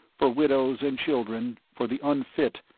for widows and children, for the unfit,